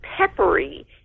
Peppery